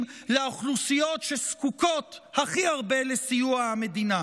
לאוכלוסיות שזקוקות הכי הרבה לסיוע המדינה.